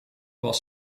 was